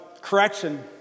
correction